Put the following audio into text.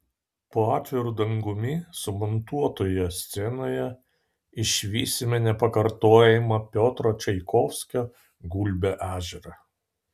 po atviru dangumi sumontuotoje scenoje išvysime nepakartojamą piotro čaikovskio gulbių ežerą